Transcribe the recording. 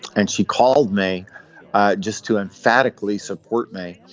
and she called me just to emphatically support me.